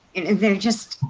they are just,